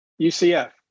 UCF